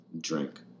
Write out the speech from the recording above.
Drink